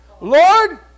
Lord